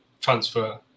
transfer